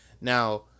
now